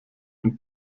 ein